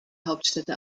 hauptstädte